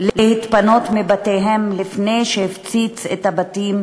להתפנות מבתיהן לפני שהפציץ את הבתים,